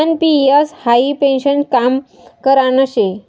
NPS हाई पेन्शननं काम करान शे